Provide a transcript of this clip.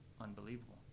unbelievable